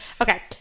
Okay